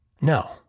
No